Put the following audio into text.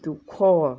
দুশ